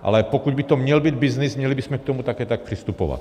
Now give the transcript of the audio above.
Ale pokud by to měl být byznys, měli bychom k tomu také tak přistupovat.